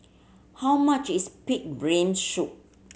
how much is pig brain soup